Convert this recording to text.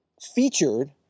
featured